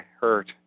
hurt